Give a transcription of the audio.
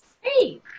Hey